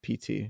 pt